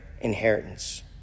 inheritance